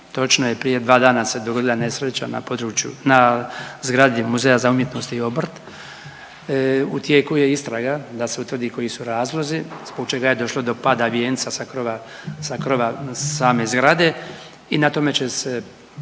Točno je prije 2 dana se dogodila nesreća na području, na zgradi Muzeja za umjetnost i obrt. U tijeku je istraga da se utvrdi koji su razlozi, zbog čega je došlo do pada vijenca sa krova, sa krova same zgrade i na tome će se